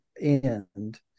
end